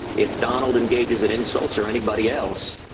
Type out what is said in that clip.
if donald engages in insults or anybody else,